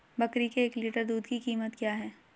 बकरी के एक लीटर दूध की कीमत क्या है?